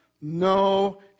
No